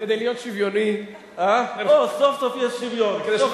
כדי להיות שוויוני, אני אתן לך דקה.